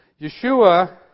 Yeshua